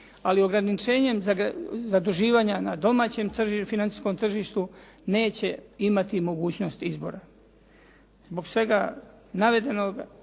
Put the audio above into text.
ali ograničenjem zaduživanja na domaćem financijskom tržištu neće imati mogućnosti izbora. Zbog svega navedenog,